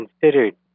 considered